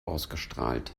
ausgestrahlt